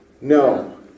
No